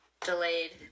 delayed